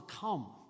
come